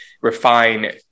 refine